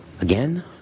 again